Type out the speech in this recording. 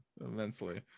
immensely